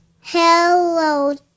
Hello